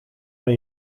van